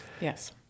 yes